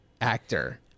actor